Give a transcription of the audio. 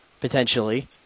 potentially